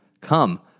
Come